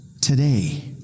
today